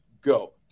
go